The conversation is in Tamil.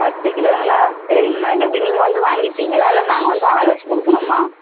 பத்து கிலோங்களா சரிங்க மேடம் எப்படி நீங்கள் வந்து வாங்கிப்பீங்களா இல்லை நாங்கள் வந்து ஆள் வச்சு கொடுக்கணுமா